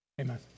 Amen